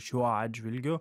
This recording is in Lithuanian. šiuo atžvilgiu